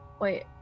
wait